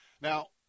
Now